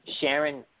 Sharon